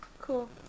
Cool